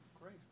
great